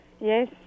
Yes